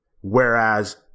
Whereas